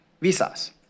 visas